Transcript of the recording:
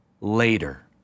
later